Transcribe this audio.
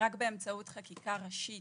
רק באמצעות חקיקה ראשית